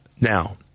now